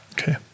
okay